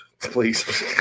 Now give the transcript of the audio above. please